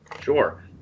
Sure